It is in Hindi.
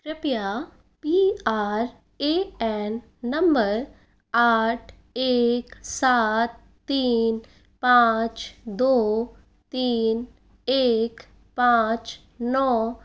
कृप्या P R A N number आठ एक सात तीन पाँच दो तीन एक पाँच नौ